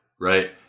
Right